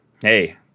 hey